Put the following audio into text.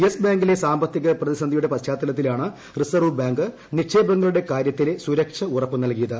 yes ബാങ്കിലെ സാമ്പത്തിക പ്രതിസന്ധിയുടെ പശ്ചാത്തലത്തിലാണ് റിസർവ് ബാങ്ക് നിക്ഷേപങ്ങളുടെ കാര്യത്തിലെ സുരക്ഷ ഉറപ്പു നൽകിയത്